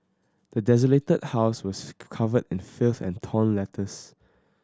the desolated house was covered in filth and torn letters